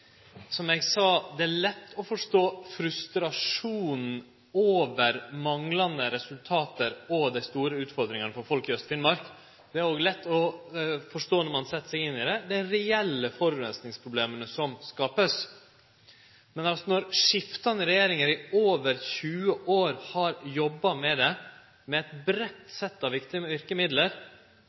Som eg sa: Det er lett å forstå frustrasjonen over manglande resultat og dei store utfordringane for folk i Aust-Finnmark. Det er òg lett å forstå, når ein set seg inn i det, dei reelle forureiningsproblema som vert skapte. Men når skiftande regjeringar i over 20 år har jobba med det, med eit breitt sett av verkemiddel,